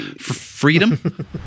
freedom